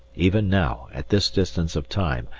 even now, at this distance of time,